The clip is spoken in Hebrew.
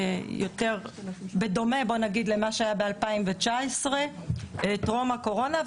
דומה למה שהיה בשנת 2019 טרום הקורונה,